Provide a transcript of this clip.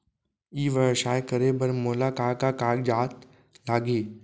ई व्यवसाय करे बर मोला का का कागजात लागही?